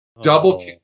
double